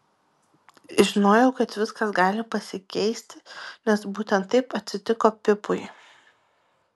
žinojau kad viskas gali pasikeisti nes būtent taip atsitiko pipui